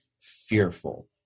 fearful